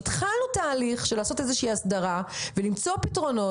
כי התחלנו תהליך של לעשות איזושהי הסדרה ולמצוא פתרונות